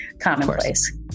commonplace